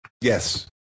Yes